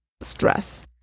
stress